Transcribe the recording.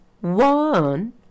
one